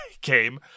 game